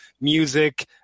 music